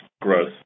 growth